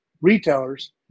retailers